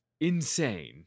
insane